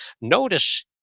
Notice